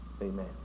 Amen